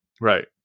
Right